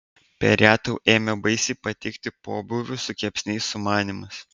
per ją tau ėmė baisiai patikti pobūvių su kepsniais sumanymas